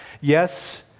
Yes